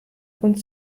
und